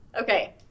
Okay